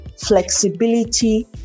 flexibility